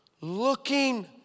looking